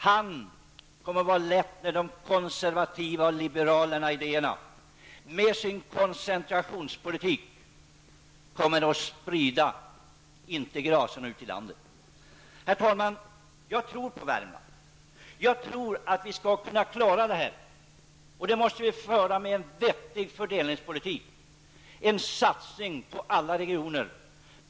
Han kommer att väga lätt när de konservativa och liberala idéerna med sin koncentrationspolitik inte kommer att sprida gracerna ute i landet. Herr talman! Jag tror på Värmland. Jag tror att vi skall kunna klara det här. Vi måste föra en vettig fördelningspolitik. Vi måste göra en satsning på alla regioner.